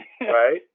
Right